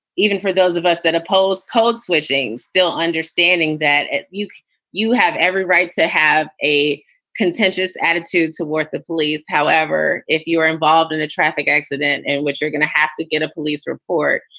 even for those of us that oppose code switching, still understanding that you you have every right to have a contentious attitude toward the police. however, if you are involved in a traffic accident in which you're gonna have to get a police report,